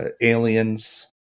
aliens